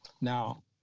Now